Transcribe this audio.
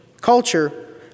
culture